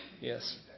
Yes